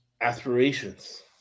aspirations